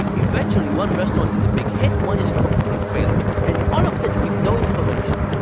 eventually one restaurant is a big hit, one is a complete failure and all of that with no information.